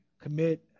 commit